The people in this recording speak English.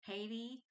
Haiti